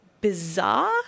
bizarre